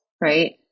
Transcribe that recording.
right